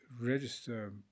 register